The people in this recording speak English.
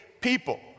people